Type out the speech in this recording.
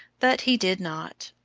but he did not.